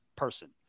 person